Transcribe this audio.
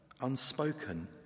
unspoken